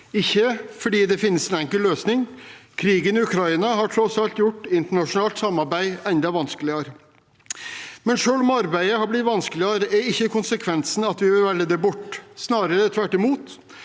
men det finnes ikke enkle løsninger. Krigen i Ukraina har tross alt gjort internasjonalt samarbeid enda vanskeligere. Men selv om arbeidet er blitt vanskeligere, er ikke konsekvensen av det at vi bør velge det bort, snarere tvert imot.